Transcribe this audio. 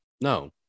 no